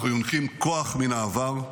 אנחנו יונקים כוח מן העבר,